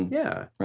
yeah.